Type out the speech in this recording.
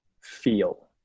Feel